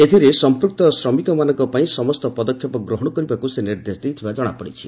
ଏଥିରେ ସଂପୃକ୍ତ ଶ୍ରମିକମାନଙ୍କ ପାଇଁ ସମସ୍ତ ପଦକ୍ଷେପ ଗ୍ରହଣ କରିବାକୁ ସେ ନିର୍ଦ୍ଦେଶ ଦେଇଥିବା ଜଣାପଡ଼ିଛି